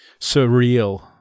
surreal